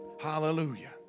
Hallelujah